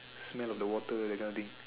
the smell of the water kind of thing